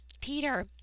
Peter